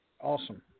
awesome